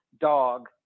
dog